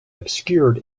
obscured